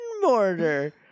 Mortar